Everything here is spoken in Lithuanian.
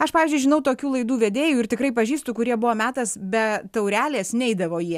aš pavyzdžiui žinau tokių laidų vedėjų ir tikrai pažįstu kurie buvo metas be taurelės neidavo į